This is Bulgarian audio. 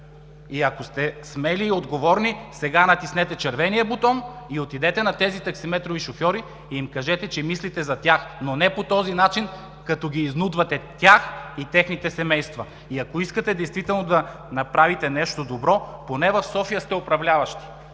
И ако сте смели и отговорни сега натиснете червения бутон и отидете при тези таксиметрови шофьори и им кажете, че мислите за тях, но не по този начин, като изнудвате тях и техните семейства, ако искате действително да направите нещо добро. Поне в София сте управляващи,